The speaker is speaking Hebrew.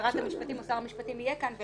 ששרת המשפטים או שר המשפטים יהיה כאן.